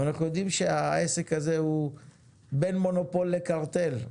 אבל אנחנו יודעים שהעסק הזה הוא בין מונופול לקרטל.